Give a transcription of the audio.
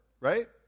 right